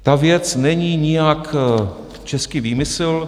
Ta věc není nijak český výmysl.